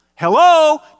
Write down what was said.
Hello